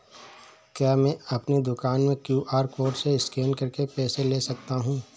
क्या मैं अपनी दुकान में क्यू.आर कोड से स्कैन करके पैसे ले सकता हूँ?